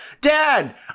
Dad